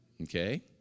okay